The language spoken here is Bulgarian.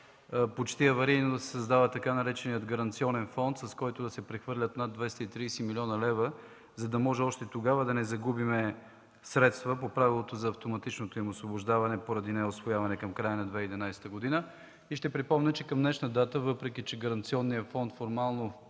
почти аварийно да се създаде така нареченият „гаранционен фонд”, с който да се прехвърлят над 230 млн. лв., за да може още тогава да не загубим средства по правилото за автоматичното им освобождаване поради неусвояване към края на 2011 г. Ще припомня, че към днешна дата, въпреки че гаранционният фонд формално